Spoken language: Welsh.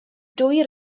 dwy